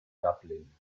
dublin